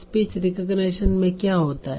speech recognition में क्या होता है